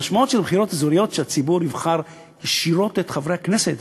המשמעות של בחירות אזוריות היא שהציבור יבחר ישירות את חברי הכנסת,